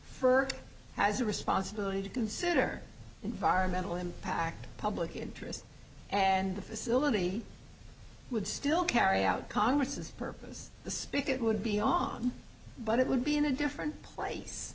fur has a responsibility to consider environmental impact public interest and the facility would still carry out congress's purpose the speak it would be on but it would be in a different place